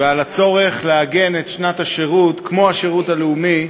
ועל הצורך לעגן את שנת השירות, כמו השירות הלאומי,